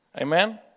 Amen